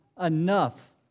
enough